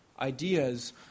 ideas